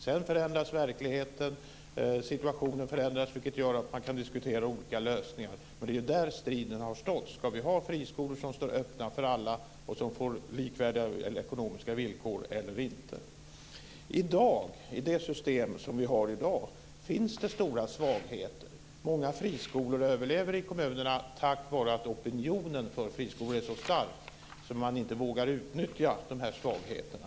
Sedan förändras verkligheten, situationen förändras, vilket gör att man kan diskutera olika lösningar. Det är där striden har stått: Ska vi ha friskolor som står öppna för alla och som får likvärdiga ekonomiska villkor, eller inte? I det system som vi har i dag finns det stora svagheter. Många friskolor överlever i kommunerna tack vare att opinionen för friskolor är så stark att man inte vågar utnyttja svagheterna.